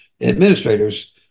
administrators